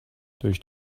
durch